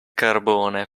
carbone